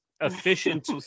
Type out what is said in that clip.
efficient